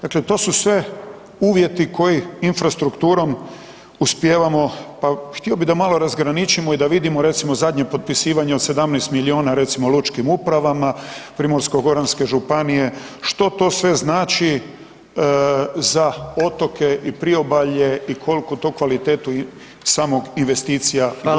Dakle to su sve uvjeti koje infrastrukturom uspijevamo pa, htio bih da malo razgraničimo i da vidimo recimo, zadnje potpisivanje od 17 milijuna, recimo, lučkim upravama Primorsko-goranske županije, što to sve znači za otoke i priobalje i koliko to kvalitetu samog investicija budućih partnera.